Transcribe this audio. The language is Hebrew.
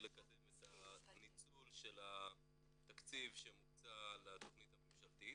לקדם את ניצול התקציב שמוקצה לתכנית הממשלתית,